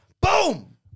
Boom